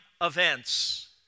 events